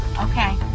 Okay